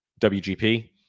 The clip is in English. WGP